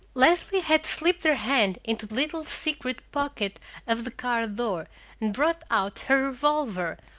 leslie had slipped her hand into the little secret pocket of the car door and brought out her revolver,